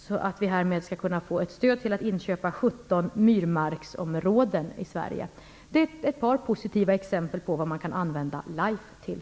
Vi skall härmed kunna få ett stöd till att inköpa 17 myrmarksområden i Det är ett par positiva exempel på vad man kan använda LIFE till.